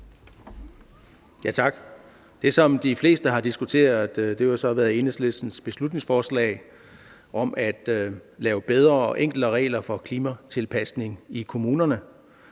Tak. Det, som de fleste har diskuteret, har jo så været Enhedslistens beslutningsforslag om at lave bedre og enklere regler for klimatilpasning i kommunerne.